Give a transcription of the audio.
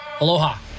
Aloha